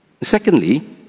Secondly